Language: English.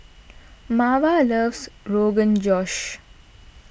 Marva loves Rogan Josh